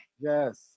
Yes